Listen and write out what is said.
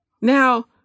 Now